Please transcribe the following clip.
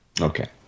Okay